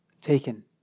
taken